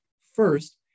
First